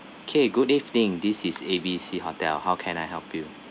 K good evening this is A B C hotel how can I help you